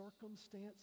circumstance